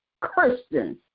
Christians